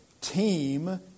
team